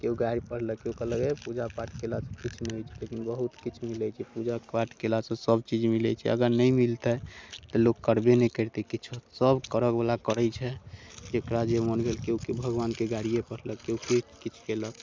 केओ गारि पढ़लक केओ कहलक हे पूजा पाठ केलासँ किछु नहि होइ छै लेकिन बहुत किछु मिलै छै पूजा पाठ केलासँ सब चीज मिलै छै अगर नहि मिलतै तऽ लोक करबे नहि करतै किछो सब करऽवला करै छै जकरा जे मोन भेल केओ केओ भगवानके गारिये पढ़लक केओ किछु केलक